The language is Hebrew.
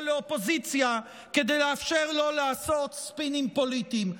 לאופוזיציה כדי לאפשר לו לעשות ספינים פוליטיים.